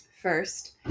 First